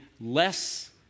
less